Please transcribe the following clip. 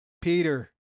Peter